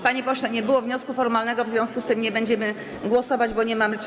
Panie pośle, nie było wniosku formalnego, w związku z tym nie będziemy głosować, bo nie mamy nad czym.